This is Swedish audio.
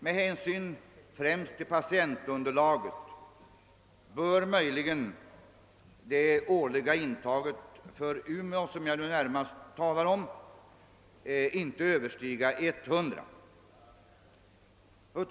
Med hänsyn främst till patientunderlaget bör möjligen det årliga intaget för Umeå, som jag nu närmast talar om, inte överstiga 100.